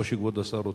או שכבוד השר רוצה?